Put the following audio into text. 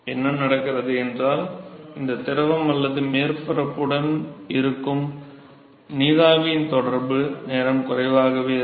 என்ன நடக்கிறது என்றால் இந்த திரவம் அல்லது மேற்பரப்புடன் இருக்கும் நீராவியின் தொடர்பு நேரம் குறைவாக இருக்கும்